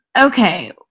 Okay